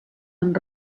amb